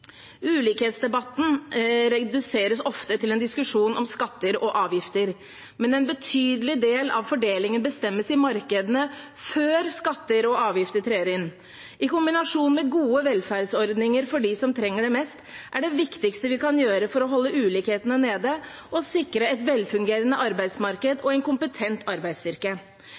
Ulikhetsdebatten reduseres ofte til en diskusjon om skatter og avgifter. Men en betydelig del av fordelingen bestemmes i markedene før skatter og avgifter trer inn. I kombinasjon med gode velferdsordninger for dem som trenger det mest, er det viktigste vi kan gjøre for å holde ulikhetene nede å sikre et velfungerende arbeidsmarked og en kompetent arbeidsstyrke.